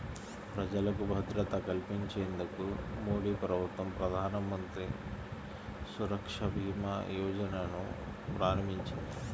ప్రజలకు భద్రత కల్పించేందుకు మోదీప్రభుత్వం ప్రధానమంత్రి సురక్షభీమాయోజనను ప్రారంభించింది